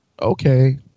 okay